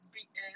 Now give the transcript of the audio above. big ass